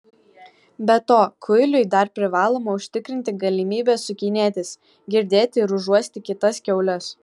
be to kuiliui dar privaloma užtikrinti galimybę sukinėtis girdėti ir užuosti kitas kiaules